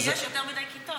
כי יש יותר מדי כיתות.